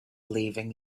leaving